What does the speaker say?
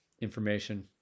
information